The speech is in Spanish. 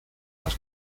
las